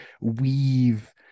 weave